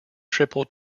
triple